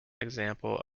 example